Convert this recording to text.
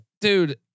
dude